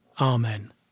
Amen